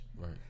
Right